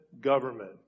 government